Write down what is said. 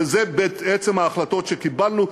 ואלה בעצם ההחלטות שקיבלנו,